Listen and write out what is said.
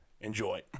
enjoy